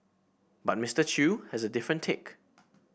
but Mister Chew has a different take